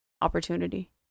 opportunity